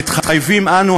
8. מתחייבים אנו,